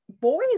boys